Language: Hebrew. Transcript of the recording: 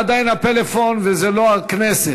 זה עדיין הפלאפון, וזה לא הכנסת.